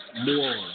more